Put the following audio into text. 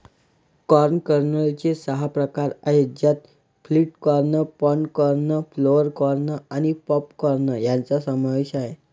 corn कर्नलचे सहा प्रकार आहेत ज्यात flint corn, pod corn, flour corn आणि पॉप कॉर्न यांचा समावेश आहे